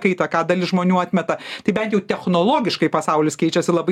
kaitą ką dalis žmonių atmeta tai bent jau technologiškai pasaulis keičiasi labai